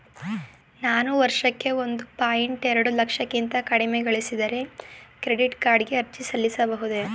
ನಾನು ವರ್ಷಕ್ಕೆ ಒಂದು ಪಾಯಿಂಟ್ ಎರಡು ಲಕ್ಷಕ್ಕಿಂತ ಕಡಿಮೆ ಗಳಿಸಿದರೆ ಕ್ರೆಡಿಟ್ ಕಾರ್ಡ್ ಗೆ ಅರ್ಜಿ ಸಲ್ಲಿಸಬಹುದೇ?